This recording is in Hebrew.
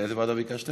לאיזה ועדה ביקשתם?